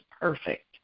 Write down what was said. perfect